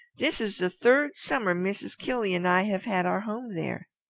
this is the third summer mrs. killy and i have had our home there.